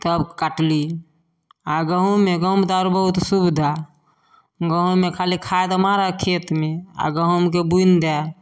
तब काटलहुँ आओर गहूममे गहूममे तऽ आओर बहुत सुविधा गहूममे खाली खाद मारै खेतमे आओर गहूमके बुनि दै